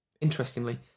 Interestingly